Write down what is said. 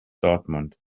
dortmund